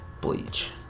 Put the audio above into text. bleach